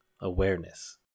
awareness